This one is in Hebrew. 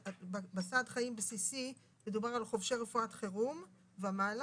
בסעד חיים בסיסי מדובר על חובשי רפואת חירום ומעלה,